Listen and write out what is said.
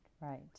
right